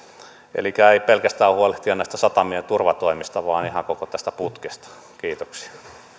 elikkä ei pidä pelkästään huolehtia näistä satamien turvatoimista vaan ihan koko tästä putkesta kiitoksia